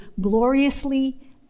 gloriously